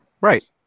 Right